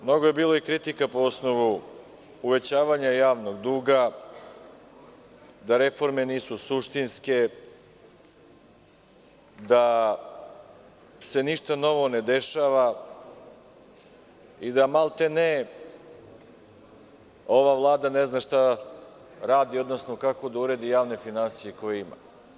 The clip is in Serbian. Mnogo je bilo kritika po osnovu uvećavanja javnog duga, da reforme nisu suštinske, da se ništa novo ne dešava i da maltene ova Vlada ne zna šta radi, odnosno kako da uredi javne finansije koje ima.